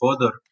further